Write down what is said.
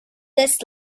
this